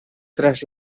tras